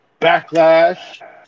backlash